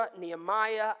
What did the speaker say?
Nehemiah